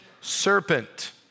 serpent